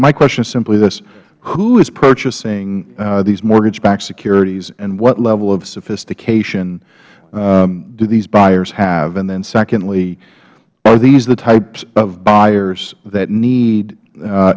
my question is simply this who is purchasing these mortgage backed securities and what level of sophistication do these buyers have then secondly are these the types of buyers that need a